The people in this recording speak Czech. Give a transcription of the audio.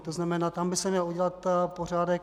To znamená, tam by se měl udělat pořádek.